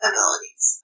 Abilities